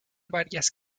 varias